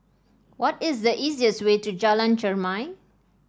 what is the easiest way to Jalan Chermai